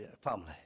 family